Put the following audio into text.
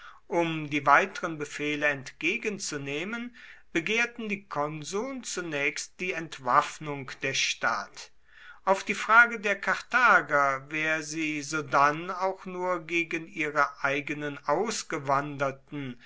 um die weiteren befehle entgegenzunehmen begehrten die konsuln zunächst die entwaffnung der stadt auf die frage der karthager wer sie sodann auch nur gegen ihre eigenen ausgewanderten